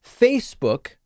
Facebook